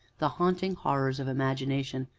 the haunting horrors of imagination,